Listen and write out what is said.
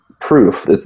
proof